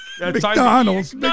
McDonald's